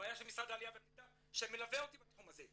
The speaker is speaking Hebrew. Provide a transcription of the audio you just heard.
בעיה של משרד העלייה והקליטה שמלווה אותי בתחום הזה,